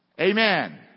Amen